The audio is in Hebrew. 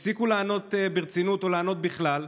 הפסיקו לענות ברצינות או לענות בכלל.